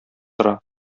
тора